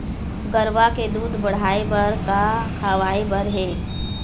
गरवा के दूध बढ़ाये बर का खवाए बर हे?